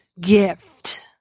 gift